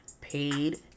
paid